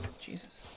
Jesus